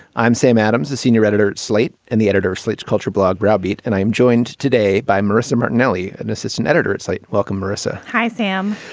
i'm sam adams, the senior editor at slate and the editor slate's culture blog, rabbit. and i'm joined today by marissa martinelli, an assistant editor at slate. welcome, marissa. hi, sam.